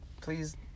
please